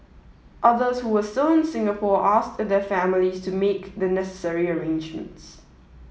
others who were still in Singapore asked their families to make the necessary arrangements